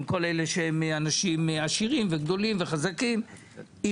לא לתת תשובה למשפחות האלה ולא לתת תשובה ליצרנים האלו